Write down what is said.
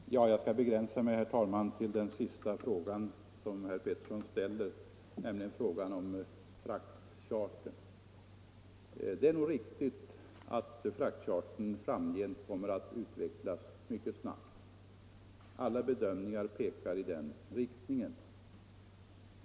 Herr talman! Jag skall begränsa mig till den sista frågan som herr Petersson i Röstånga ställde, nämligen frågan om fraktcharter. 103 Nr 6 Det är nog riktigt att fraktchartern framgent kommer att utvecklas Torsdagen den mycket snabbt. Alla bedömningar pekar i den riktningen.